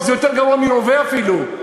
זה יותר גרוע מרובה אפילו.